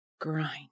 grind